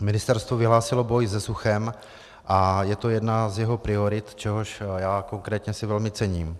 Ministerstvo vyhlásilo boj se suchem a je to jedna z jeho priorit, čehož já konkrétně si velmi cením.